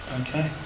Okay